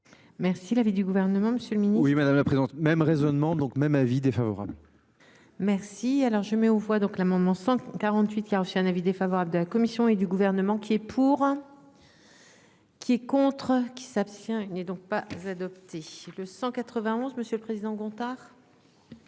Merci l'avis du gouvernement. C'est le nouveau oui madame la présidente, même raisonnement donc même avis défavorable. Merci alors je mets aux voix donc l'amendement 148 qui a reçu un avis défavorable de la Commission et du gouvernement qui est pour. Qui est contre qui s'abstient n'est donc pas adoptée le 191 monsieur le président Gontard.